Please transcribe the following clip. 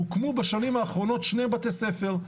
הוקמו בשנים האחרונות שני בתי-ספר.